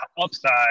upside